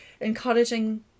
encouraging